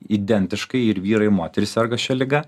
identiškai ir vyrai ir moterys serga šia liga